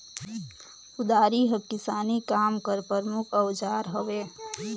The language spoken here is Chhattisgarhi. कुदारी हर किसानी काम कर परमुख अउजार हवे